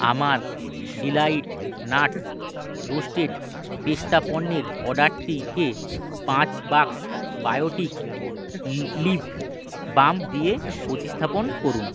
আমার Delight Nuts roasted পেস্তা পণ্যের অর্ডারটিকে পাঁচ বাক্স বায়োটিক লি লিপ বাম দিয়ে প্রতিস্থাপন করুন